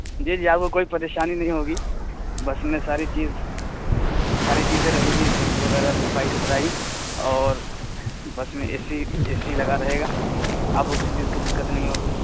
جی جی آپ کو کوئی پریشانی نہیں ہوگی بس میں ساری چیز ساری چیزیں رہے گی سیٹ وغیرہ صفائی ستھرائی اور بس میں اے سی اے سی لگا رہے گا آپ کو کسی چیز کی دقت نہیں ہوگی